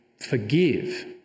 forgive